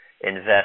invest